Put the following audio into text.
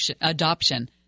adoption